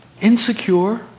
Insecure